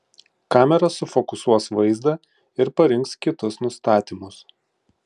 kamera sufokusuos vaizdą ir parinks kitus nustatymus